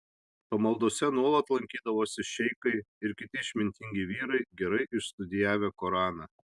pamaldose nuolat lankydavosi šeichai ir kiti išmintingi vyrai gerai išstudijavę koraną